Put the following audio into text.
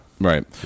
Right